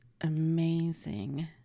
amazing